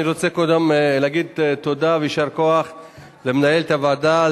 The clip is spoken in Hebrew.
אני רוצה קודם להגיד תודה ויישר כוח למנהלת הוועדה,